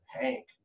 Hank